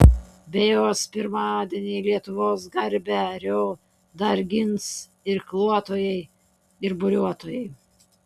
be jos pirmadienį lietuvos garbę rio dar gins irkluotojai ir buriuotojai